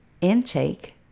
intake